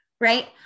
Right